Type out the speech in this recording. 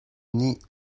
nih